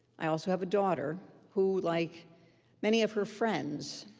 i also have a daughter who, like many of her friends,